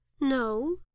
No